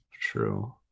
true